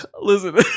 listen